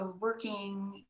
working